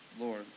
Lord